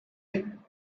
him